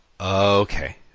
Okay